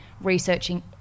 Researching